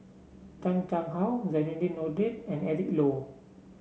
Chan Chang How Zainudin Nordin and Eric Low